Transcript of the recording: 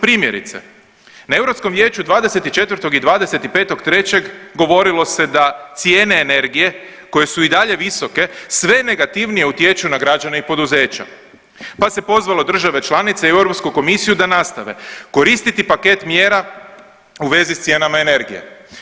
Primjerice, na Europskom vijeću 24. i 25.3. govorilo se da cijene energije koje su i dalje visoke sve negativne utječu na građane i poduzeća, pa se pozvalo države članice i Europsku komisiju da nastave koristiti paket mjera u vezi s cijenama energije.